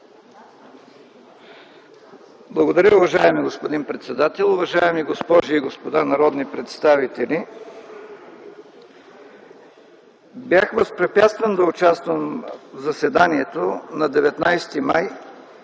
Благодаря, уважаеми господин председател. Уважаеми госпожи и господа народни представители! Бях възпрепятстван да участвам в заседанието на 19 май